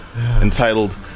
entitled